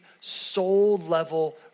soul-level